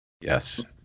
Yes